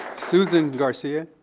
susan garcia.